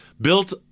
built